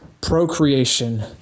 procreation